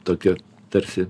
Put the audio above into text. tokie tarsi